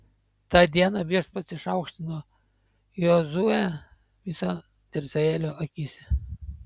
tą dieną viešpats išaukštino jozuę viso izraelio akyse